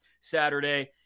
Saturday